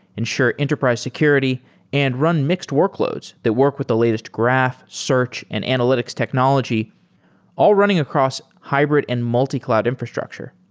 ensure enterprise security and run mixed workloads that work with the latest graph, search and analytics technology all running across hybrid and multi-cloud infrastructure.